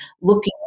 looking